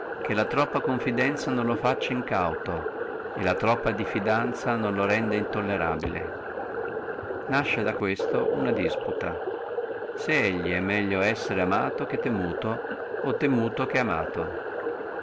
che la troppa confidenzia non lo facci incauto e la troppa diffidenzia non lo renda intollerabile nasce da questo una disputa selli è meglio essere amato che temuto o